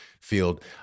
field